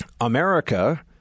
America